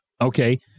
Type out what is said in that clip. Okay